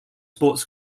sports